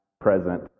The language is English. present